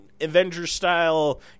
Avengers-style